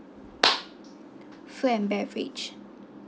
food and beverage